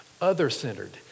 other-centered